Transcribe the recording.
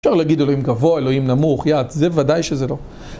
אפשר להגיד אלוהים גבוה, אלוהים נמוך, יעץ, זה ודאי שזה לא.